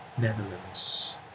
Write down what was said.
Netherlands